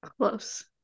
Close